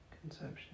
conception